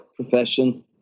profession